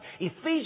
Ephesians